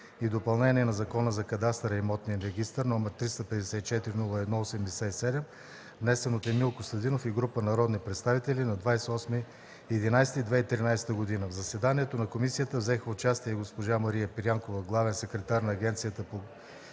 и допълнение на Закона за кадастъра и имотния регистър, № 354-01-87, внесен от Емил Костадинов и група народни представители на 28 ноември 2013 г. В заседанието на комисията взеха участие госпожа Мария Пирянкова – главен секретар на Агенцията по